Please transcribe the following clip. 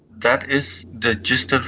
that is the gist ah